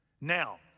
Now